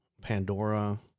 Pandora